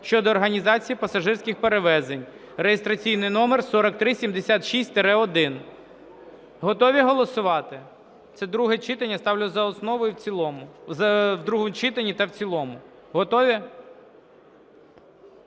щодо організації пасажирських перевезень (реєстраційний номер 4376-1). Готові голосувати? Це друге читання. Ставлю в другому читанні та в цілому. Готові?